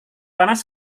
panas